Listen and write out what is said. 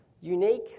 unique